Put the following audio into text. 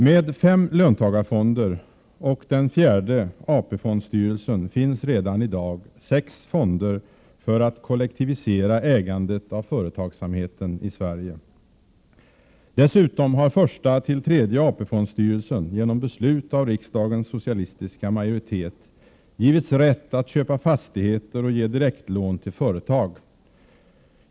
Med fem löntagarfonder och den fjärde AP-fondstyrelsen finns redan i dag sex fonder för att kollektivisera ägandet av företagsamheten i Sverige. Dessutom har första till tredje AP-fondstyrelsen, genom beslut av riksdagens socialistiska majoritet, givits rätt att köpa fastigheter och ge direktlån till företag.